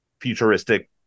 futuristic